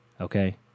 Okay